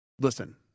Listen